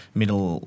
middle